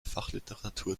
fachliteratur